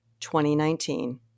2019